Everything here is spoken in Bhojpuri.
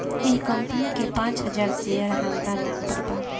एह कंपनी के पांच हजार शेयर हामरा नाम पर बा